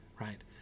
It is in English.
right